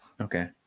Okay